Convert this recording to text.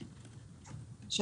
בבקשה.